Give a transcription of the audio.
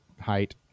height